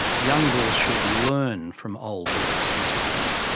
young bulls should learn from old bulls, he told me.